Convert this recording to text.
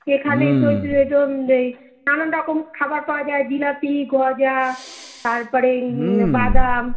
এখানে যেজন নেই নানান রকম খাবার পাওয়া যায় জিলাপি গজা তারপরে বাদাম